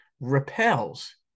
repels